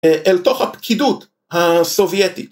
אל תוך הפקידות הסובייטית